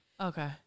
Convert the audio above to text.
Okay